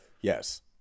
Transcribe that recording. yes